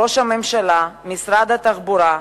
ראש הממשלה, משרד התחבורה,